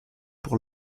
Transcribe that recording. pour